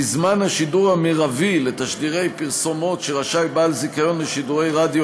כי זמן השידור המרבי לתשדירי פרסומות שרשאי בעל זיכיון לשידורי רדיו